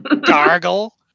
gargle